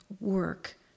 work